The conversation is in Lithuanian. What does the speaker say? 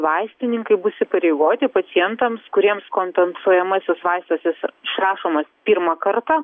vaistininkai bus įpareigoti pacientams kuriems kompensuojamasis vaistas jis išrašomas pirmą kartą